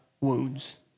wounds